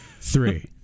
three